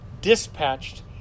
dispatched